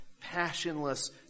passionless